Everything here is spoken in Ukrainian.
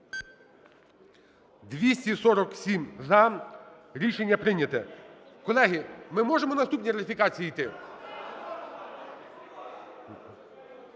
За-247 Рішення прийнято. Колеги, ми можемо наступні ратифікації йти?